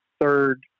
third